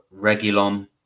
Regulon